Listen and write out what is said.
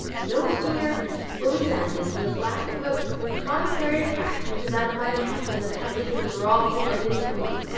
no sooner were we landed, than the blacks of a contrary faction to that of my captain attempted to rob him of his booty.